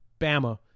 Bama